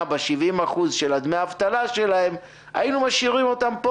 ב-70% של דמי האבטלה שלהן היינו משאירים אותן פה,